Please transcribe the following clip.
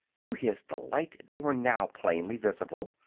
to his delight they were now plainly visible,